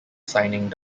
signing